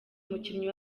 umukinnyi